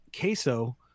queso